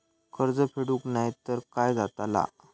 कर्ज फेडूक नाय तर काय जाताला?